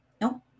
no